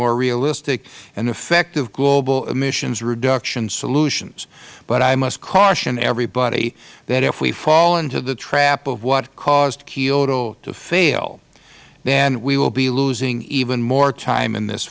more realistic and effective global emissions reduction solutions but i must caution everybody that if we fall into the trap of what caused kyoto to fail then we will be losing even more time in this